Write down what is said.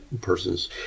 persons